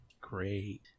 great